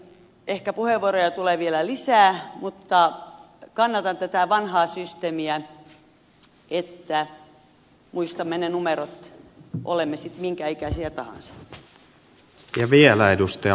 ehkä puheenvuoroja tulee vielä lisää mutta kannatan tätä vanhaa systeemiä että muistamme ne numerot olemme sitten minkä ikäisiä tahansa